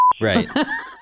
Right